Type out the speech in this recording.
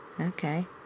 Okay